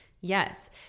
Yes